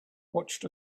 watched